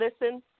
listen